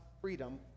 freedom